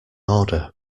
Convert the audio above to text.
order